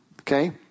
Okay